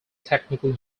technical